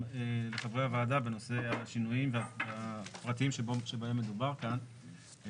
לחברי הוועדה בנושא השינויים והפרטים שבהם מדובר כאן.